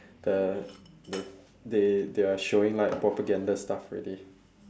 the the they they are showing like propaganda stuff already